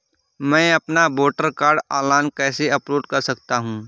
मैं अपना voter card online कैसे अपलोड कर सकता हूँ?